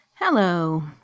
Hello